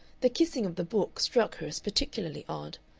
the kissing of the book struck her as particularly odd,